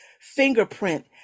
fingerprint